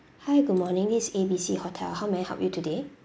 hi good morning this is A B C hotel how may I help you today